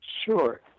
Sure